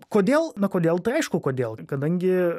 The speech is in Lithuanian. kodėl na kodėl tai aišku kodėl kadangi